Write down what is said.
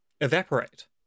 evaporate